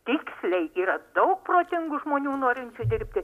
tiksliai yra daug protingų žmonių norinčių dirbti